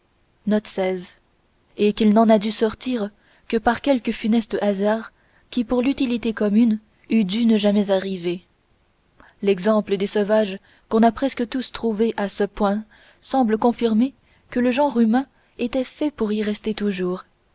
et qu'il n'en a dû sortir que par quelque funeste hasard qui pour l'utilité commune eût dû ne jamais arriver l'exemple des sauvages qu'on a presque tous trouvés à ce point semble confirmer que le genre humain était fait pour y rester toujours